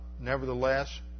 Nevertheless